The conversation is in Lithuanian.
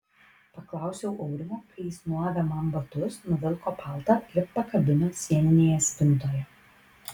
paklausiau aurimo kai jis nuavė man batus nuvilko paltą ir pakabino sieninėje spintoje